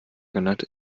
genannt